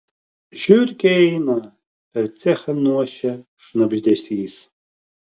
žiurkė eina per cechą nuošia šnabždesys